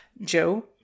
Joe